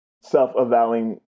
self-avowing